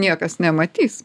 niekas nematys